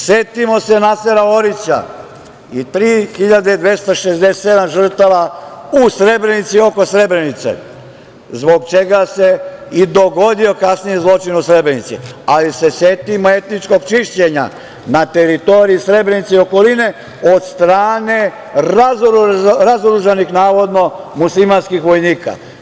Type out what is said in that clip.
Setimo se Nasera Orića i 3267 žrtava u Srebrenici i oko Srebrenice, zbog čega se i dogodio kasnije zločin u Srebrenici, ali setimo se etničkog čišćenja na teritoriji Srebrenice i okoline od strane razoružanih navodno muslimanskih vojnika.